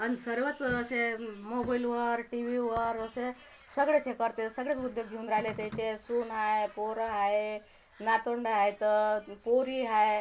आणि सर्वच असे मोबाईलवर टी वीवर असे सगळेच हे करते सगळेच उद्योग घेऊन राहले त्याचे सून आहे पोर आहे नातवंड शेत पोरी आहे